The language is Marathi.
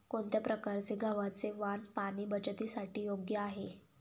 कोणत्या प्रकारचे गव्हाचे वाण पाणी बचतीसाठी योग्य आहे?